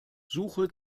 suche